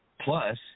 Plus